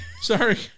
Sorry